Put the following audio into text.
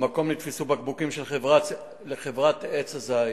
במקום נתפסו בקבוקים של חברת "עץ הזית",